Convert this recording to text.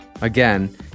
Again